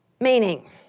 meaning